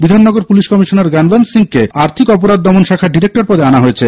Bidhannagar police commissioner Gyanwant Singh কে আর্থিক অপরাধ দমন শাখার ডিরেক্টর পদে আনা হয়েছে